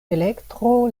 elektro